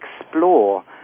explore